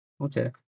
okay